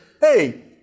hey